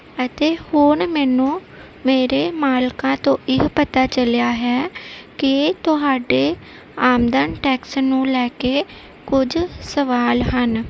ਅਤੇ ਹੁਣ ਮੈਨੂੰ ਮੇਰੇ ਮਾਲਕਾ ਤੋਂ ਇਹ ਪਤਾ ਚੱਲਿਆ ਹੈ ਕਿ ਤੁਹਾਡੇ ਆਮਦਨ ਟੈਕਸ ਨੂੰ ਲੈ ਕੇ ਕੁਝ ਸਵਾਲ ਹਨ